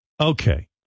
Okay